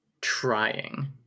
trying